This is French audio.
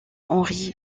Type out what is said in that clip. henri